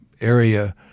area